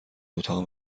اتاق